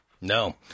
No